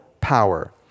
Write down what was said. power